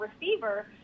receiver